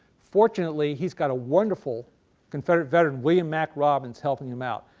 fortunately he's got a wonderful confederate veteran william mac robinson helping him out.